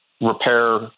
repair